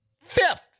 Fifth